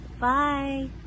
Bye